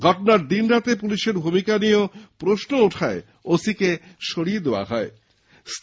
ঘটনার দিন রাতে পুলিশের ভূমিকা নিয়েও প্রশ্ন ওঠায় ওসিকে সরিয়ে দেওয়া হয়